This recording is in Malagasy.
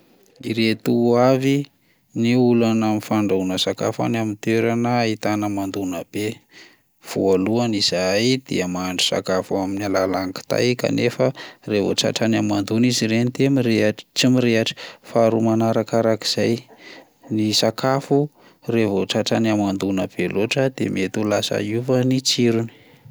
Ireto avy ny olana amin'ny fandrahoana sakafo any amin'ny toerana ahitana hamandoana be: voalohany, izahay dia mahandro sakafo amin'ny alalan'ny kitay kanefa raha vao tratran'ny hamandoana izy ireny de mirehatra- tsy mirehatra; faharoa manarakarak'izay, ny sakafo raha vao tratran'ny hamandoana be loatra de mety ho lasa hiova ny tsirony.